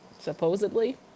supposedly